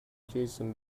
jason